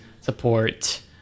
support